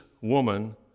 woman